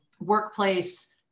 workplace